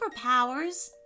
superpowers